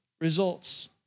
results